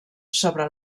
sobre